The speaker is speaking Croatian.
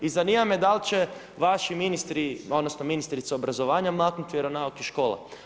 I zanima me da li će vaši ministri, odnosno ministrica obrazovanja maknut vjeronauk iz škole?